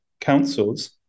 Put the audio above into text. councils